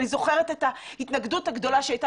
אני זוכרת את ההתנגדות הגדולה שהייתה